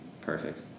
Perfect